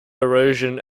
erosion